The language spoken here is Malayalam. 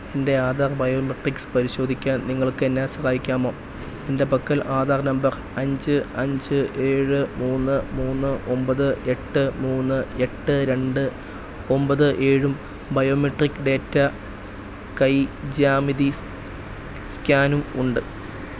എൻ്റെ ആധാർ ബയോമെട്രിക്സ് പരിശോധിക്കാൻ നിങ്ങൾക്ക് എന്നെ സഹായിക്കാമോ എൻ്റെ പക്കൽ ആധാർ നമ്പർ അഞ്ച് അഞ്ച് ഏഴ് മൂന്ന് മൂന്ന് ഒമ്പത് എട്ട് മൂന്ന് എട്ട് രണ്ട് ഒമ്പത് ഏഴും ബയോമെട്രിക് ഡേറ്റ കൈ ജ്യാമിതി സ്കാനും ഉണ്ട്